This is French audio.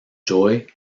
joy